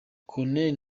corneille